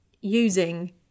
using